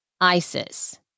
ISIS